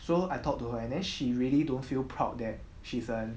so I talked to her and then she really don't feel proud that shes a